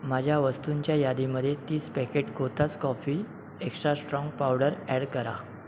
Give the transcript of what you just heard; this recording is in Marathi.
माझ्या वस्तूंच्या यादीमध्ये तीस packet Kothas coffee extra strong powder add करा